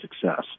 success